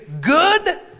good